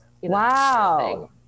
Wow